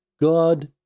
God